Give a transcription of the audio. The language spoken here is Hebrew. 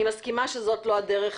אני מסכימה שזו לא דרך